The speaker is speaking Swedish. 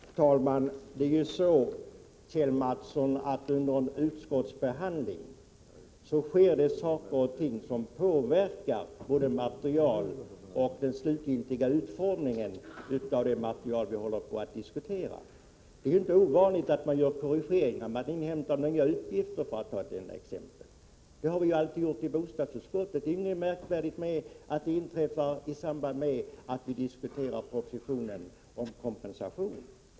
Herr talman! Det är ju så, Kjell Mattsson, att det under en utskottsbehandling sker saker och ting som påverkar både materialet och den slutgiltiga utformningen av de åtgärder man diskuterar. Det är inte ovanligt att man gör korrigeringar. Man inhämtar nya uppgifter, för att ta ett enda exempel. Det har vi alltid gjort i bostadsutskottet. Det är inget märkvärdigt med att det inträffar i samband med att vi diskuterar propositionen om kompensation.